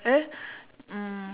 eh mm